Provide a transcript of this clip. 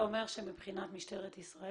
אתה אומר שמבחינת משטרת ישראל